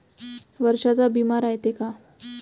वर्षाचा बिमा रायते का?